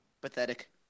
pathetic